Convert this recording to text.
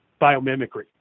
biomimicry